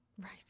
Right